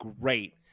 Great